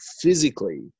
physically